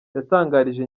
yatangarije